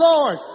Lord